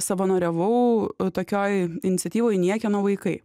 savanoriavau tokioj iniciatyvoj niekieno vaikai